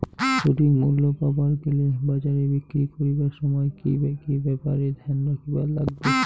সঠিক মূল্য পাবার গেলে বাজারে বিক্রি করিবার সময় কি কি ব্যাপার এ ধ্যান রাখিবার লাগবে?